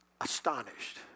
Astonished